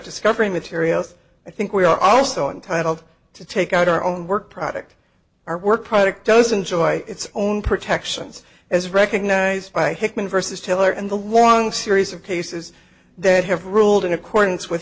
discovery materials i think we are also entitled to take out our own work product our work product doesn't joy its own protections as recognized by hickman versus tiller and the long series of cases that have ruled in accordance with